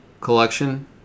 collection